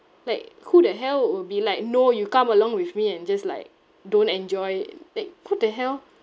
like who the hell will be like no you come along with me and just like don't enjoy take who the hell